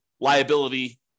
liability